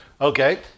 Okay